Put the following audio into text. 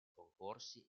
concorsi